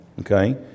Okay